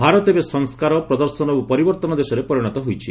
ଭାରତ ଏବେ ସଂସ୍କାର ପ୍ରଦର୍ଶନ ଓ ପରିବର୍ତ୍ତନର ଦେଶରେ ପରିଣତ ହୋଇଛି